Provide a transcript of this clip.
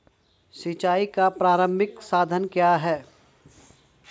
सिंचाई का प्रारंभिक साधन क्या है?